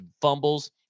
fumbles